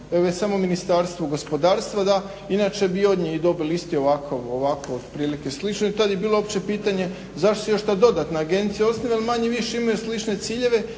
već samo Ministarstvu gospodarstva, inače bi od nje dobili isti ovakav, ovako otprilike slično i tad je bilo opće pitanje zašto se još ta dodatna agencija osniva jer manje-više imaju slične ciljeve.